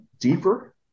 deeper